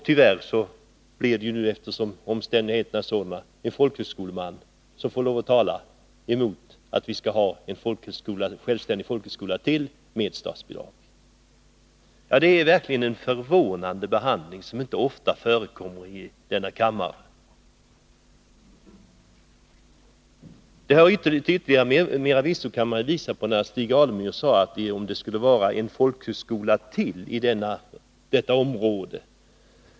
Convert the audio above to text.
Tyvärr blev det nu, eftersom omständigheterna är sådana, en folkhögskoleman som får lov att tala emot att vi skall ha ytterligare en självständig folkhögskola med statsbidrag. Det är verkligen en förvånande behandling, som inte ofta förekommer i denna kammare. Stig Alemyr sade att det skulle vara fråga om en folkhögskola till i detta område.